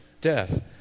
death